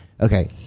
Okay